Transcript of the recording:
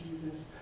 Jesus